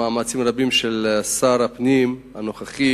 במאמצים רבים של שר הפנים הנוכחי